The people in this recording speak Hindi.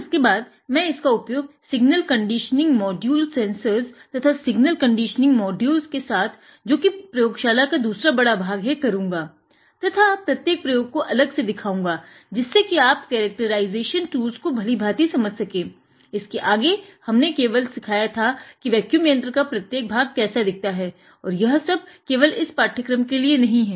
और इसके बाद मै इसका उपयोग सिग्नल कनडीशनिंग मोडयुल सेन्सर्स का प्रत्येक भाग कैसा दिखता है और यह सब केवल इस पाठ्यक्रम के लिए नही है